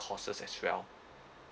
courses as well